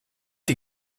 die